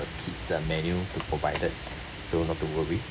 kids menu to provided so not to worry